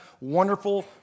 wonderful